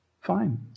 fine